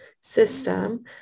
system